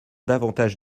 davantage